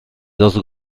dos